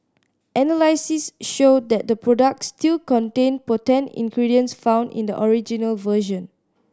analysis showed that the products still contained potent ingredients found in the original version